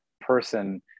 person